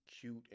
cute